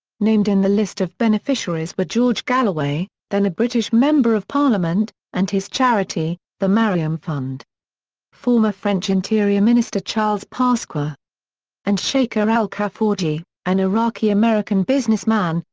named in the list of beneficiaries were george galloway, then a british member of parliament, and his charity, the mariam fund former french interior minister charles pasqua and shaker al-kaffaji, an iraqi-american businessman,